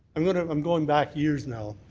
i'm going i'm going back years now